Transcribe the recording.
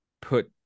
put